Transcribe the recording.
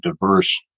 diverse